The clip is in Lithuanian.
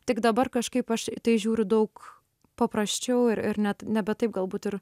tik dabar kažkaip aš į tai žiūriu daug paprasčiau ir ir net nebe taip galbūt ir